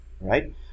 right